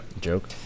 Joke